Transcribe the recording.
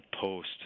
post